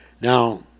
Now